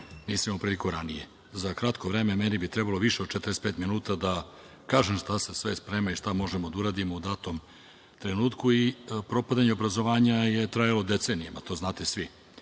nisam imao priliku ranije.Za kratko vreme, meni bi trebalo više od 45 minuta da kažem, šta sam sve spremio i šta možemo da uradimo u datom trenutku, i propadanju obrazovanja je trajao decenijama, to znate svi.